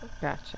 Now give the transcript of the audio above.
Gotcha